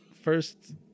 first